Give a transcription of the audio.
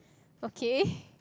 okay